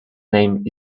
name